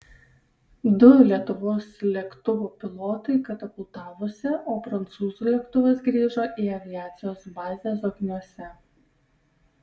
du lietuvos lėktuvo pilotai katapultavosi o prancūzų lėktuvas grįžo į aviacijos bazę zokniuose